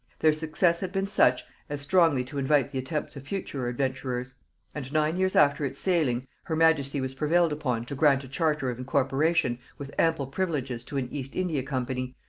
their success had been such as strongly to invite the attempts of future adventurers and nine years after its sailing, her majesty was prevailed upon to grant a charter of incorporation with ample privileges to an east india company,